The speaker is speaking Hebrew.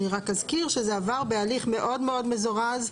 אני רק אזכיר שזה עבר בהליך מאוד מאוד מזורז.